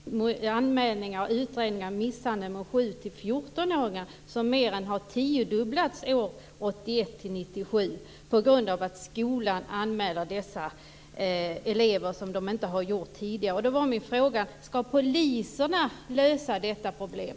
Fru talman! Det var inte svaret på min fråga. Jag ville bara veta en sak angående anmälningar om och utredningar av misshandel mot 7-14-åringar, som mer än tiodubblades från 1981 till 1997 på grund av att skolan anmäler dessa elever, vilket man inte har gjort tidigare. Min fråga var: Ska poliserna lösa detta problem?